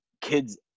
kids